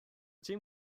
team